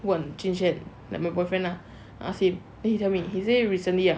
问尽轩 like my boyfriend lah ask him then he tell me he said recently ah